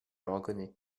reconnais